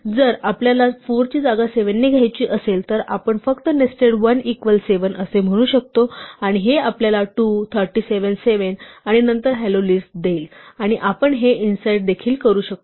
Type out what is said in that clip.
जर आपल्याला 4 ची जागा 7 ने घ्यायची असेल तर आपण फक्त नेस्टेड 1 इक्वल 7 असे म्हणू शकतो आणि हे आपल्याला 2 37 7 आणि नंतर हॅलो लिस्ट देईल आणि आपण हे इन्साईड देखील करू शकतो